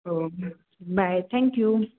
हो bye thank you